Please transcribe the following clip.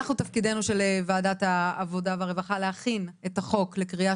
תפקיד ועדת העבודה והרווחה להכין את החוק לקריאה